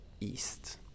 East